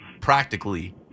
practically